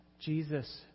Jesus